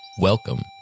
Welcome